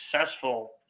successful